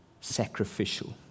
sacrificial